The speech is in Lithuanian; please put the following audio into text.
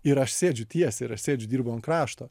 ir aš sėdžiu tiesiai ir aš sėdžiu dirbu ant krašto